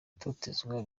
gutotezwa